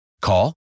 Call